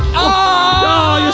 oh,